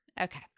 Okay